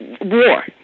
War